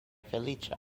feliĉa